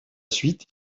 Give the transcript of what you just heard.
suite